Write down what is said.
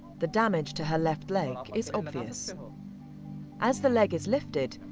the damage to her left leg is obvious. as the leg is lifted,